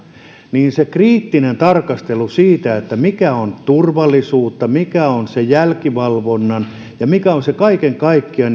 niin heikkenee se kriittinen tarkastelu siitä mikä on turvallisuutta mikä on se jälkivalvonta ja mikä on kaiken kaikkiaan